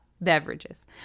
beverages